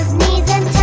knees and